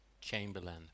Chamberlain